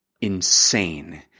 insane